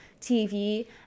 TV